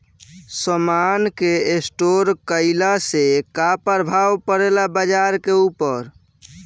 समान के स्टोर काइला से का प्रभाव परे ला बाजार के ऊपर?